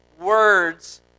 words